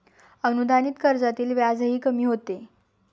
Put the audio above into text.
अनुदानित कर्जातील व्याजही कमी होते